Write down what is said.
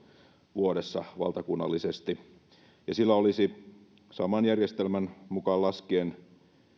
vuodessa valtakunnallisesti sillä olisi saman järjestelmän mukaan laskien